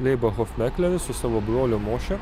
leibą hofmekleris su savo broliu moše